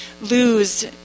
lose